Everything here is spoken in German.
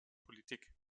politik